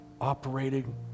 operating